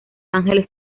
ángeles